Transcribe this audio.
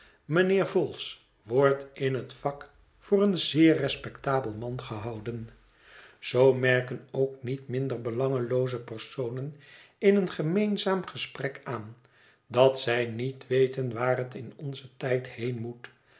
mijnheer vholes wordt in het vak voor een zeer respectabel man gehouden zoo merken ook niet minder belangelooze personen in een gemeenzaam gesprek aan dat zij niet weten waar het in onzen tijd heen moet